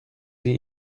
sie